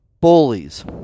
bullies